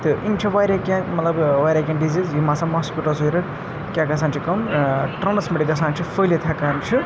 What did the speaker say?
تہٕ یِم چھِ واریاہ کینٛہہ مطلب واریاہ کینٛہہ ڈِزیٖز یِم ہَسا ماسکِٹو کیٛاہ گژھان چھِ کٲم ٹرٛانَسمِٹ گژھان چھِ پھٔہلِتھ ہٮ۪کان چھِ